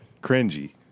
cringy